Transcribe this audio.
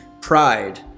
pride